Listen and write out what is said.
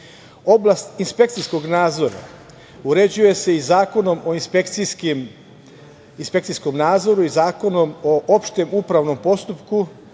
inspekcijskog nadzora uređuje se i Zakonom o inspekcijskom nadzoru i Zakonom o opštem upravnom postupku,